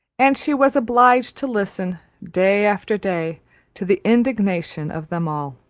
and she was obliged to listen day after day to the indignation of them all.